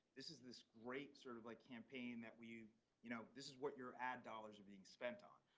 this is this great sort of like campaign that we you you know, this is what your ad dollars are being spent on.